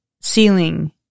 ceiling